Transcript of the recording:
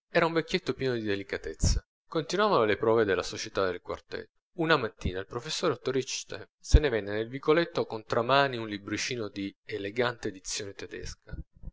era un vecchietto pieno di delicatezze continuavano le prove della società del quartetto una mattina il professore otto richter se ne venne nel vicoletto con tra mani un libriccino di elegante edizione tedesca